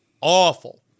awful